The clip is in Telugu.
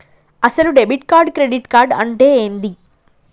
అసలు డెబిట్ కార్డు క్రెడిట్ కార్డు అంటే ఏంది?